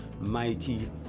mighty